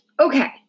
okay